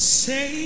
say